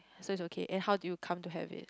so it's okay and how do you come to have it